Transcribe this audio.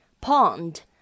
Pond